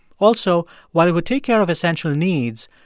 also, while it would take care of essential needs,